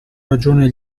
ragione